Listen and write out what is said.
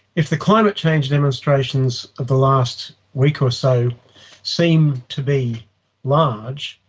if the climate change demonstrations of the last week or so seem to be large,